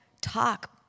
talk